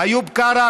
איוב קרא,